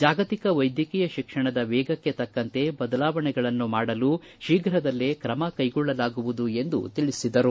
ಜಾಗತಿಕ ವೈದ್ಯಕೀಯ ಶಿಕ್ಷಣದ ವೇಗಕ್ಕೆ ತಕ್ಕಂತೆ ಬದಲಾವಣೆಗಳನ್ನು ಮಾಡಲು ಶೀಘದಲ್ಲೇ ಕ್ರಮ ಕೈಗೊಳ್ಳಲಾಗುವುದು ಎಂದು ತಿಳಿಸಿದರು